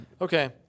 Okay